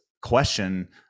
question